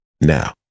Now